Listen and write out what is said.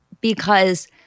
because-